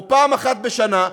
או פעם אחת בשנה,